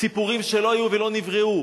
סיפורים שלא היו ולא נבראו.